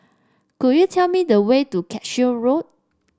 could you tell me the way to Cashew Road